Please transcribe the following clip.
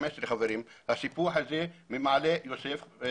הסיפוח הזה ממעלה יוסף מ-2015.